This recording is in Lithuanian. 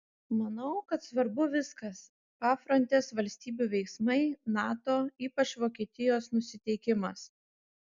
manau kad svarbu viskas pafrontės valstybių veiksmai nato ypač vokietijos nusiteikimas